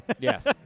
Yes